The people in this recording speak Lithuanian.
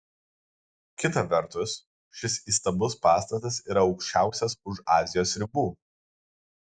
kita vertus šis įstabus pastatas yra aukščiausias už azijos ribų